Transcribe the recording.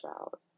out